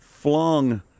flung